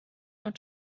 und